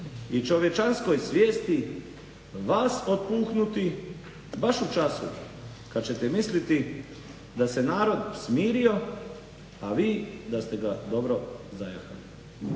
i čovječanskoj svijesti vas otpuhnuti baš u času kad ćete misliti da se narod smirio, a vi da ste ga dobro zajahali."